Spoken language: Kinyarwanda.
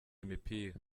imipira